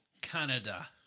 Canada